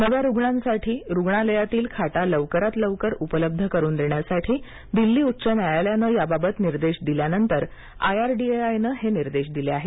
नव्या रुग्णांसाठी रुग्णालयातील खाटा लवकरात लवकर उपलब्ध करून देण्यासाठी दिल्ली उच्च न्यायालयानं याबाबत निर्देश दिल्यानंतर आयआरडीएआयनं हे आदेश दिले आहेत